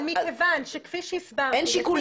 אבל מכיוון שכפי שהסברתי --- אין שיקול